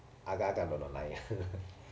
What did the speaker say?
agak-agak 乱乱来